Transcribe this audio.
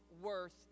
worth